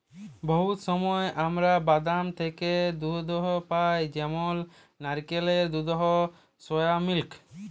বহুত সময় আমরা বাদাম থ্যাকে দুহুদ পাই যেমল লাইরকেলের দুহুদ, সয়ামিলিক